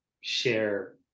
share